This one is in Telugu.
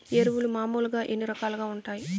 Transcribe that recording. ఎరువులు మామూలుగా ఎన్ని రకాలుగా వుంటాయి?